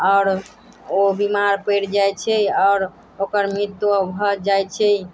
आओर ओ बीमार पड़ि जाइ छै आओर ओकर मृत्यु भऽ जाइ छै